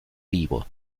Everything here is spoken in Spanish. vivo